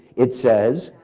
it says.